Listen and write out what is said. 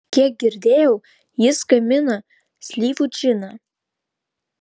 kiek girdėjau jis gamina slyvų džiną